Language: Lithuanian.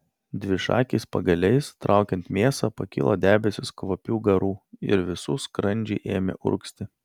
dvišakiais pagaliais traukiant mėsą pakilo debesys kvapių garų ir visų skrandžiai ėmė urgzti